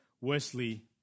Wesley